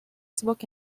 spoke